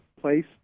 place